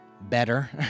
better